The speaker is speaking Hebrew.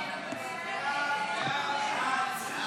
סעיף 37, כהצעת הוועדה,